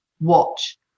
watch